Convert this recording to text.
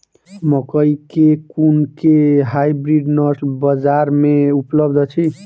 मकई केँ कुन केँ हाइब्रिड नस्ल बजार मे उपलब्ध अछि?